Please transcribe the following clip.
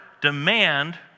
demand